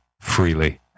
freely